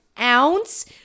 ounce